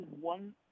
one